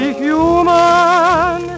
human